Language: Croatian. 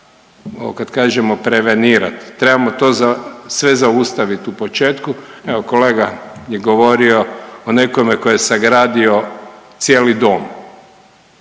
kad kažemo prevenirat, trebamo to sve zaustavi u početku. Evo kolega je govorio o nekome ko je sagradio cijeli dom,